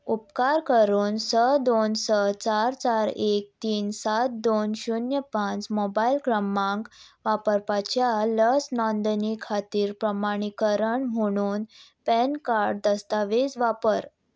उपकार करून स दोन स चार चार एक तीन सात दोन शुन्य पांच मोबायल क्रमांक वापरपाच्या लस नोंदणी खातीर प्रमाणीकरण म्हणून पॅन कार्ड दस्तावेज वापर